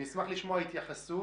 אני אשמח לשמוע התייחסות.